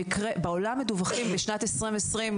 בעולם מדווחים בשנת 2020,